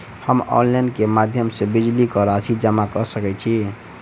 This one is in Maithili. हम ऑनलाइन केँ माध्यम सँ बिजली कऽ राशि जमा कऽ सकैत छी?